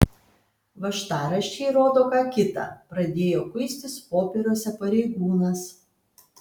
važtaraščiai rodo ką kita pradėjo kuistis popieriuose pareigūnas